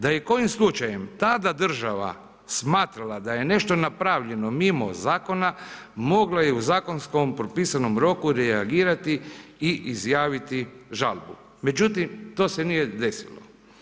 Da je kojim slučajem tada država smatrala da je nešto napravljeno mimo zakona, moglo je u zakonskom propisanom roku reagirati i izjaviti žalbu međutim to se nije desilo.